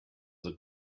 the